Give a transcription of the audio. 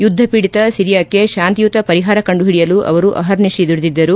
ಯುದ್ಧಪೀಡಿತ ಸಿರಿಯಾಕ್ಷೆ ಶಾಂತಿಯುತ ಪರಿಹಾರ ಕಂಡುಹಿಡಿಯಲು ಅವರು ಅಹರ್ನಿತಿ ದುಡಿದಿದ್ದರು